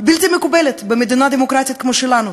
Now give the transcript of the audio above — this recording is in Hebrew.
בלתי מקובלת במדינה דמוקרטית כמו שלנו.